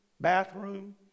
bathroom